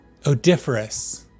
odiferous